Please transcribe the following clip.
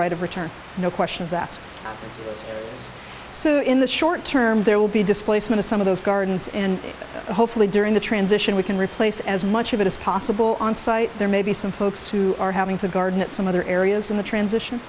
right of return no questions asked so in the short term there will be displacement of some of those gardens and hopefully during the transition we can replace as much of it as possible on site there may be some folks who are having to garden at some other areas in the transition